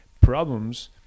problems